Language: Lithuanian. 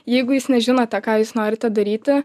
jeigu jūs nežinote ką jūs norite daryti